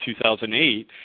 2008